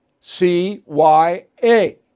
C-Y-A